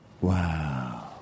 Wow